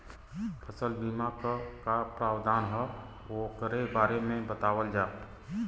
फसल बीमा क का प्रावधान हैं वोकरे बारे में बतावल जा?